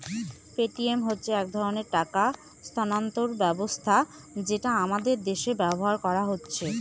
Paytm হচ্ছে এক ধরনের টাকা স্থানান্তর ব্যবস্থা যেটা আমাদের দেশে ব্যবহার করা হয়